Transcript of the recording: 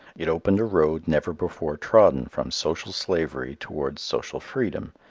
it opened a road never before trodden from social slavery towards social freedom,